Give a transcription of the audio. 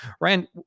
Ryan